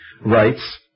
writes